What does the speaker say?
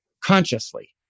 consciously